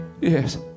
Yes